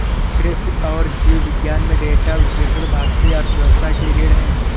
कृषि और जीव विज्ञान में डेटा विश्लेषण भारतीय अर्थव्यवस्था की रीढ़ है